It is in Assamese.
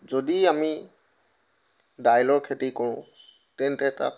যদি আমি দাইলৰ খেতি কৰোঁ তেন্তে তাত